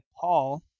Paul